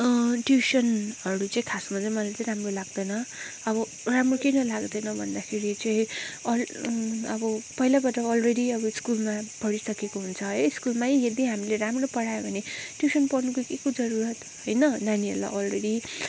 ट्युसनहरू चाहिँ खासमा चाहिँ मलाई राम्रो लाग्दैन अब राम्रो किन लाग्दैन भन्दाखेरि चाहिँ अब पहिलाबट अलरेडी अब स्कुलमा पढिसकेको हुन्छ है स्कुलमै यदि हामीले राम्रो पढायो भने ट्युसन पढ्नुको के को जरुरत होइन नानीहरूलाई अलरेडी